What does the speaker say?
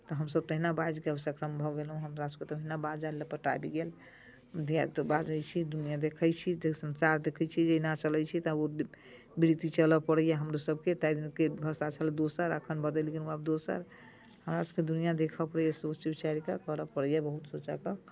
तऽ हमसभ तहिना बाजि कऽ सक्षम भऽ गेलहुँ हमरासभके तऽ ओहिना बाजय लपटय आबि गेल धिया पुता बाजै छी दुनिआँ देखै छी तऽ संसार देखै छी जहिना चलै छी तऽ ओही वृत्ति चलय पड़ैए हमरोसभके ताहि दिनके भाषा छलै दोसर एखन बदलि गेलहुँ आब दोसर हमरासभके दुनिआँ देखय पड़ैए सोचि विचारि कऽ करय पड़ैए बहुत सोचयके